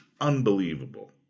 unbelievable